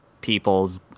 people's